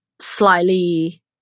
slightly